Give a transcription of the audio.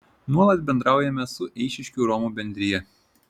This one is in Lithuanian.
nuolat bendraujame su eišiškių romų bendrija